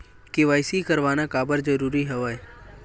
KYC करवाना काबर जरूरी हवय?